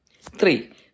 Three